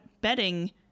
betting